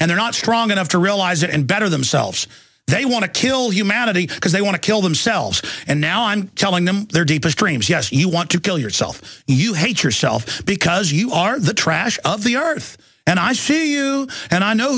and they're not strong enough to realize that and better themselves they want to kill humanity because they want to kill themselves and now i'm telling them their deepest dreams yes you want to kill yourself you hate yourself because you are the trash of the earth and i feel you and i know